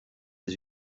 les